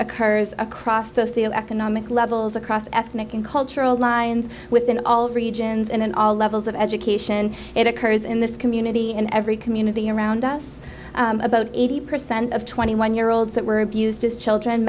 occurs across socioeconomic levels across ethnic and cultural lines within all regions and in all levels of education it occurs in this community and every community around us about eighty percent of twenty one year olds that were abused as children